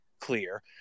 clear